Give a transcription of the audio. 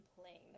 playing